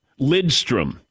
Lidstrom